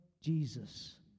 Jesus